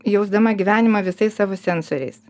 jausdama gyvenimą visais savo sensoriais